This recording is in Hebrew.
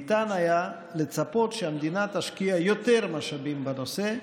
ניתן היה לצפות שהמדינה תשקיע יותר משאבים בנושא,